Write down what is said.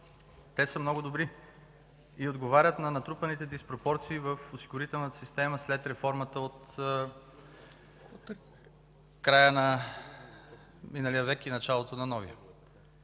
те са много добри и отговарят на натрупаните диспропорции в осигурителната система след реформата в края на миналия век и началото на новия.